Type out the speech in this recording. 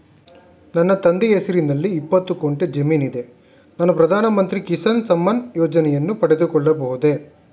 ನನ್ನ ತಂದೆಯ ಹೆಸರಿನಲ್ಲಿ ಇಪ್ಪತ್ತು ಗುಂಟೆ ಜಮೀನಿದೆ ನಾನು ಪ್ರಧಾನ ಮಂತ್ರಿ ಕಿಸಾನ್ ಸಮ್ಮಾನ್ ಯೋಜನೆಯನ್ನು ಪಡೆದುಕೊಳ್ಳಬಹುದೇ?